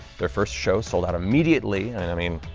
their first show sold out immediately and and i mean,